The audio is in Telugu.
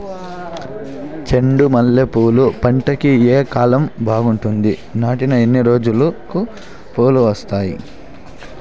చెండు మల్లె పూలు పంట కి ఏ కాలం బాగుంటుంది నాటిన ఎన్ని రోజులకు పూలు వస్తాయి